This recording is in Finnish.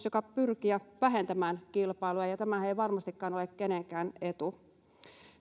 jopa pyrkiä vähentämään kilpailua ja ja tämähän ei varmastikaan ole kenenkään etu